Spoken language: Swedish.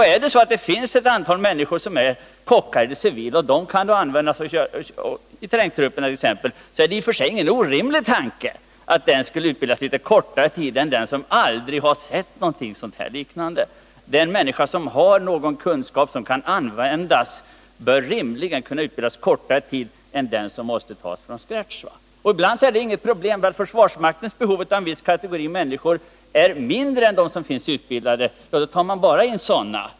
Är det så att det finns ett antal människor som är kockar i det civila och som kan användas i trängtrupperna t.ex., är det i och för sig ingen orimlig tanke att de skulle utbildas under litet kortare tid än de som aldrig lärt något om matlagning. Den person som har användbara kunskaper bör rimligen kunna utbildas under kortare tid än den som måste börja från scratch. Ibland är det inga problem. Om försvarsmaktens behov av en viss kategori människor är mindre än vad som motsvarar antalet utbildade, ja, då tar man bara in sådana.